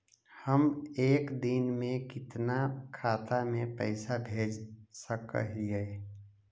हम एक दिन में कितना खाता में पैसा भेज सक हिय?